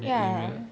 ya